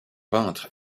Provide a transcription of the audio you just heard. peintre